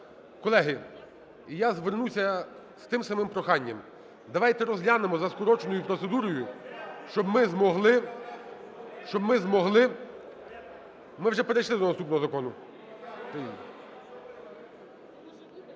Колеги, я звернуся з тим самим проханням. Давайте розглянемо за скороченою процедурою, щоб ми змогли, щоб ми змогли... Ми вже перейшли до наступного закону.